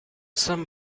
some